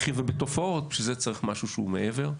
בתהליכים ובתופעות, בשביל זה צריך משהו שהוא מעבר.